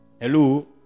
hello